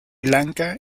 lanka